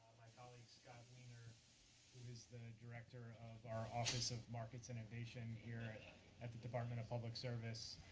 my colleague scott wiener who is the director of our office of market innovation here at the department of public service.